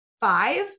five